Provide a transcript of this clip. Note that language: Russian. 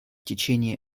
течение